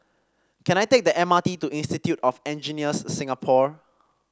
can I take the M R T to Institute of Engineers Singapore